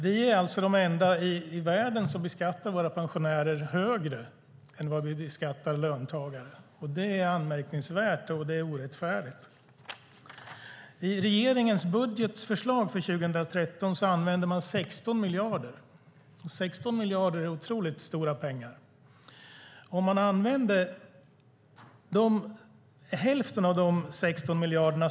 Vi är alltså de enda i världen som beskattar våra pensionärer högre än vad vi beskattar löntagare. Det är anmärkningsvärt, och det är orättfärdigt. I regeringens budgetförslag för 2013 använder man 16 miljarder - det är otroligt stora pengar - för att sänka skatten för bland annat de stora bankerna.